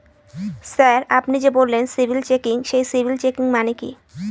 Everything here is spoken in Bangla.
স্যার আপনি যে বললেন সিবিল চেকিং সেই সিবিল চেকিং মানে কি?